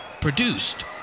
Produced